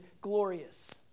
glorious